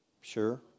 Sure